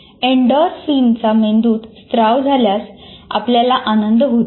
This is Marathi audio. एंडोर्फिनचा मेंदूत स्त्राव झाल्यास आपल्याला आनंद होतो